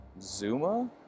Zuma